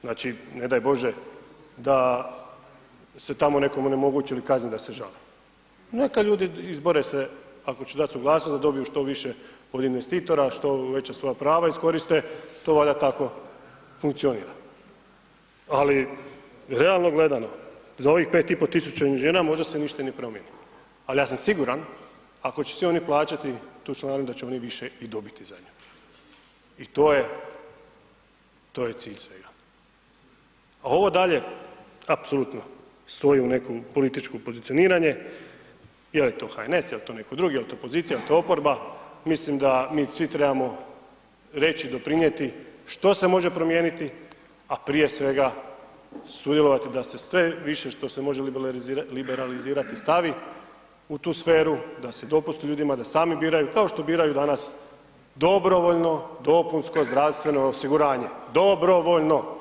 Znači, ne daj Bože da se tamo nekom onemogući ili kazne da se žale, neka ljudi izbore se ako će dat suglasnost da dobiju što više od investitora, što veća svoja prava iskoriste, to valjda tako funkcionira, ali realno gledano za ovih 5500 inženjera možda se ništa i ne promijeni, al ja sam siguran ako će si oni plaćati tu članarinu da će oni više i dobiti za nju i to je, to je cilj svega, a ovo dalje apsolutno stoji u neko političko pozicioniranje, je li to HNS, jel to netko drugi, jel to pozicija, jel to oporba, mislim da mi svi trebamo reći, doprinijeti što se može promijeniti, a prije svega sudjelovati da se sve više što se može liberalizirati stavi u tu sferu, da se dopusti ljudima da sami biraju, kao što biraju danas dobrovoljno dopunsko zdravstveno osiguranje, dobrovoljno.